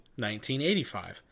1985